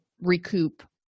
recoup